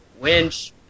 winch